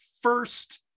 first